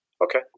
Okay